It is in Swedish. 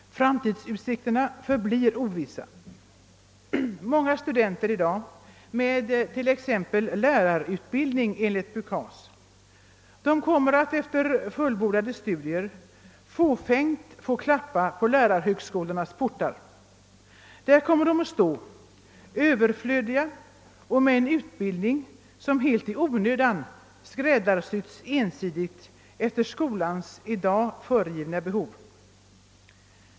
Fram tidsutsikterna förblir ovissa. Många studenter med exempelvis lärarutbildning enligt PUKAS kommer efter fullbordade studier fåfängt att få klappa på lärarhögskolornas portar. Där kommer de att stå, överflödiga och med en utbildning som helt i onödan skräddarsytts ensidigt efter skolans i dag föregivna behov. 2.